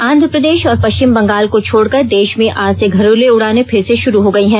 आंध्र प्रदेश और पश्चिम बंगाल को छोड़कर देश में आज से घरेलू उड़ानें फिर से शुरू हो गई हैं